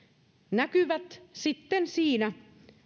näkyvät sitten siinä